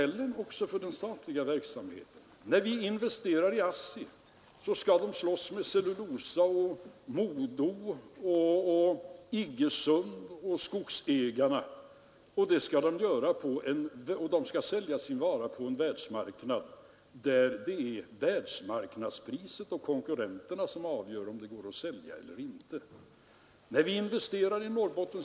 Men man kan inte bestrida den automatik som föreligger. Jag räknade upp folkpensionerna, försvaret, utbildningskostnaderna och ytterligare ett par tunga områden. Är det någon här som verkligen ärligt tror på att det finns några variabler i de där kostnaderna framöver?